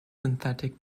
synthetic